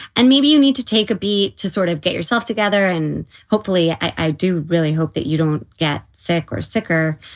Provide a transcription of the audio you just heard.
and maybe you need to take a b to sort of get yourself together. and hopefully i do really hope that you don't get sick or sicker.